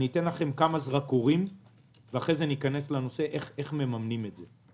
אני אתן לכם כמה זרקורים ואחרי כן נראה איך מממנים את זה.